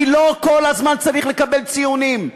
אני לא צריך כל הזמן לקבל ציונים.